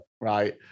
right